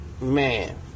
man